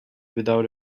without